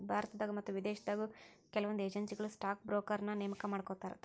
ಭಾರತದಾಗ ಮತ್ತ ವಿದೇಶದಾಗು ಕೆಲವೊಂದ್ ಏಜೆನ್ಸಿಗಳು ಸ್ಟಾಕ್ ಬ್ರೋಕರ್ನ ನೇಮಕಾ ಮಾಡ್ಕೋತಾರ